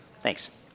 thanks